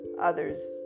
Others